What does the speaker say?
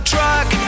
Truck